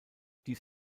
dies